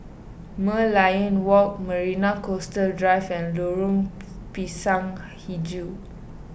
Merlion Walk Marina Coastal Drive and Lorong Pisang HiJau